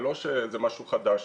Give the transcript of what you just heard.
זה לא שזה משהו חדש.